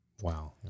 Wow